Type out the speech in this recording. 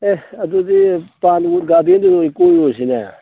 ꯑꯦ ꯑꯗꯨꯗꯤ ꯄꯥꯏꯟꯋꯨꯗ ꯒꯥꯔꯗꯦꯟꯗꯨꯗ ꯑꯣꯏꯅ ꯀꯣꯏꯔꯨꯔꯁꯤꯅꯦ